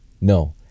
no